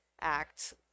act